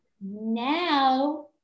Now